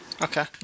Okay